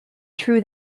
true